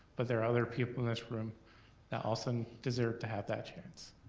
but there are other people in this room that also deserve to have that chance.